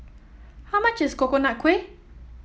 how much is Coconut Kuih